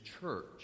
church